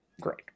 Great